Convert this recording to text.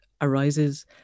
arises